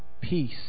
peace